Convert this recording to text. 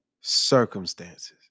circumstances